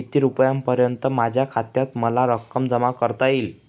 किती रुपयांपर्यंत माझ्या खात्यात मला रक्कम जमा करता येईल?